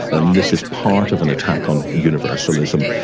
and this is part of an attack on universalism.